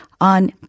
on